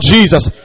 Jesus